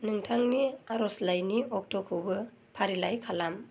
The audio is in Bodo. नोंथांनि आर'जलाइनि अक्ट'खौबो फारिलाइ खालाम